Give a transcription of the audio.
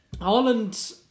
Ireland